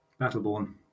Battleborn